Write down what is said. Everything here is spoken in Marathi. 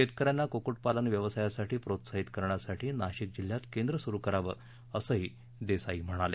शेतकऱ्यांना कुक्कूट पालन व्यवसायासाठी प्रोत्साहित करण्यासाठी नाशिक जिल्ह्यात केंद्र सूरु करावं असंही देसाई म्हणाले